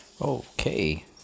Okay